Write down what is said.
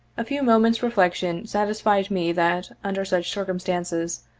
a few moments reflec tion satisfied me that, under such circumstances,